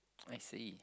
I see